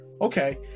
Okay